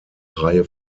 reihe